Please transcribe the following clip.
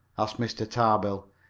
asked mr. tarbill.